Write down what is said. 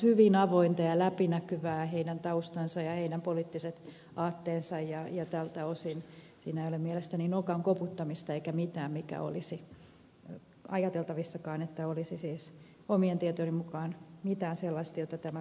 heidän taustansa ja poliittiset aatteensa ovat olleet hyvin avoimia ja läpinäkyviä ja tältä osin siinä ei ole mielestäni nokan koputtamista eikä ole ajateltavissakaan siis omien tietojeni mukaan mitään sellaista jota tämä pykälä voisi käsitellä